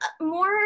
more